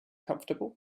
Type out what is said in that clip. comfortable